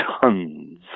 tons